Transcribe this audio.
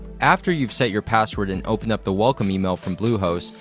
after you've set your password and opened up the welcome email from bluehost,